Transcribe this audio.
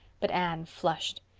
but anne flushed.